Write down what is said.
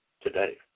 today